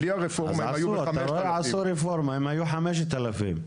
בלי הרפורמה הם היו בחמשת אלפים.